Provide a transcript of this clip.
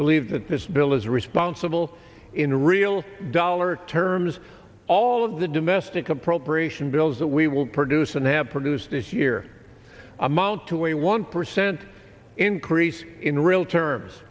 believe that this bill is responsible in real dollar terms all of the domestic appropriation bills that we will produce and have produced this year amount to a one percent increase in real terms